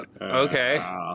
Okay